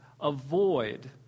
avoid